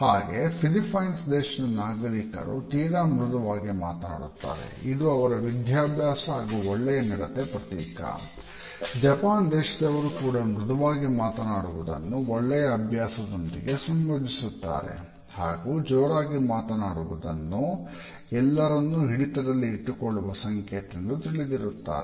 ಹಾಗೆಯೇ ಫಿಲಿಪೈನ್ಸ್ ದೇಶದವರು ಕೂಡ ಮೃದುವಾಗಿ ಮಾತನಾಡುವುದನ್ನು ಒಳ್ಳೆಯ ಅಭ್ಯಾಸದೊಂದಿಗೆ ಸಂಯೋಜಿಸುತ್ತಾರೆ ಹಾಗು ಜೋರಾಗಿ ಮಾತನಾಡುವುದನ್ನುಮಾತನಾಡುವುದು ಎಲ್ಲರನ್ನು ಹಿಡಿತದಲ್ಲಿ ಇಟ್ಟುಕೊಳ್ಳುವ ಸಂಕೇತ ಎಂದು ತಿಳಿದಿರುತ್ತಾರೆ